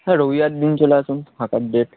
হ্যাঁ রবিবার দিন চলে আসুন আঁকার ডেট